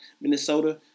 Minnesota